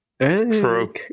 True